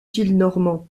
gillenormand